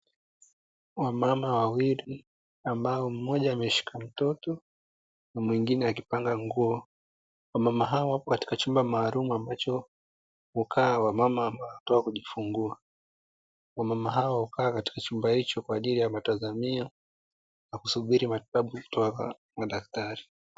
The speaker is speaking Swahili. Wamama wawili ambao mmoja ameshika mtoto na mwingine akipanga nguo, wamama hao wapo katika chumba maalumu ambacho hukaa wamama ambao wanatoka kujifungua, wamama hao hukaa katika chumba hicho kwajili ya matazamio na kusubiri matibabu kutoka kwa madaktari.